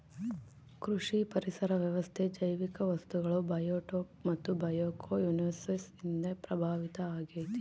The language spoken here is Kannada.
ಕೃಷಿ ಪರಿಸರ ವ್ಯವಸ್ಥೆ ಜೈವಿಕ ವಸ್ತುಗಳು ಬಯೋಟೋಪ್ ಮತ್ತು ಬಯೋಕೊಯನೋಸಿಸ್ ನಿಂದ ಪ್ರಭಾವಿತ ಆಗೈತೆ